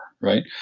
Right